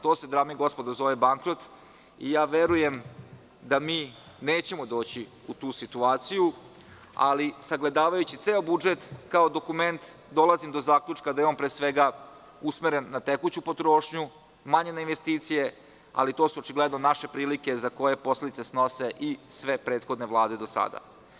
To se, dame i gospodo, zove bankrot i verujem da nećemo doći u tu situaciju, ali sagledavajući ceo budžet kao dokument dolazimo do zaključka da je on pre svega usmeren na tekuću potrošnju, manje na investicije, ali to su očigledno naše prilike za koje posledice snose i sve prethodne vlade do sada.